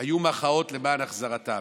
היו מחאות למען החזרתם.